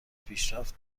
پیشرفت